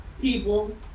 people